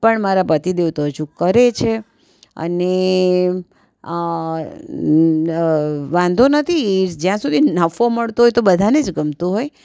પણ મારા પતિદેવ તો હજુ કરે જ છે અને વાંધો નથી જ્યાં સુધી નફો મળતો હોય તો બધાને જ ગમતું હોય